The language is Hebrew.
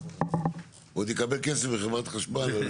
הוא עוד יקבל כסף מחברת החשמל.